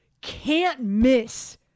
can't-miss